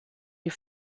die